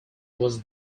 was